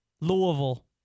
Louisville